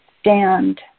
stand